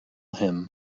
him